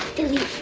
delete.